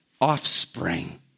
offspring